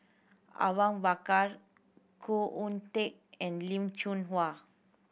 Awang Bakar Khoo Oon Teik and Lim Chong